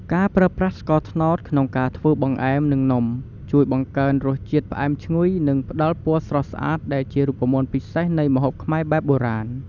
ការប្រើប្រាស់ស្ករត្នោតក្នុងការធ្វើបង្អែម និងនំ ជួយបង្កើនរសជាតិផ្អែមឈ្ងុយ និងផ្ដល់ពណ៌ស្រស់ស្អាតដែលជារូបមន្តពិសេសនៃម្ហូបខ្មែរបែបបុរាណ។